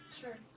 Sure